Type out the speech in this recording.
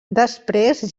després